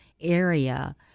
area